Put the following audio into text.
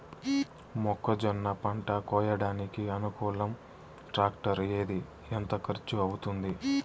మొక్కజొన్న పంట కోయడానికి అనుకూలం టాక్టర్ ఏది? ఎంత ఖర్చు అవుతుంది?